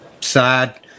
sad